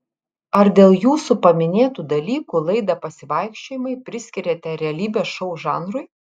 ar dėl jūsų paminėtų dalykų laidą pasivaikščiojimai priskiriate realybės šou žanrui